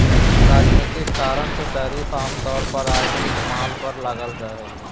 राजनीतिक कारण से टैरिफ आम तौर पर आयातित माल पर लगाल जा हइ